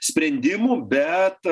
sprendimų bet